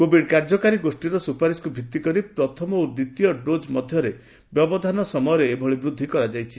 Covid କାର୍ଯ୍ୟକାରୀ ଗୋଷ୍ଠୀର ସୁପାରିଶକୁ ଭିତ୍ତି କରି ପ୍ରଥମ ଓ ଦ୍ୱିତୀୟ ଡୋଜ୍ ମଧ୍ୟରେ ବ୍ୟବଧାନ ସମୟରେ ଏଭଳି ବୃଦ୍ଧି କରାଯାଇଛି